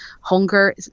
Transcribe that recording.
hunger